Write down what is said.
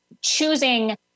choosing